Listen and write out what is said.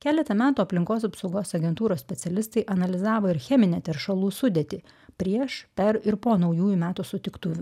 keletą metų aplinkos apsaugos agentūros specialistai analizavo ir cheminę teršalų sudėtį prieš per ir po naujųjų metų sutiktuvių